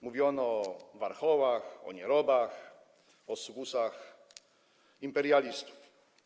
Mówiono o warchołach, o nierobach, o sługusach imperialistów.